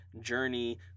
journey